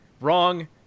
Wrong